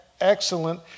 excellent